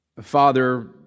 Father